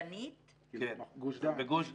גוש דן.